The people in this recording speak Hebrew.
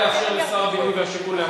נא לאפשר לשר הבינוי והשיכון להשיב.